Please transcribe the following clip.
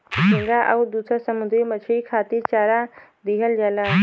झींगा आउर दुसर समुंदरी मछरी खातिर चारा दिहल जाला